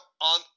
on